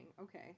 okay